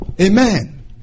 amen